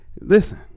Listen